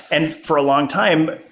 and for a longtime,